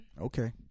Okay